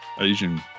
Asian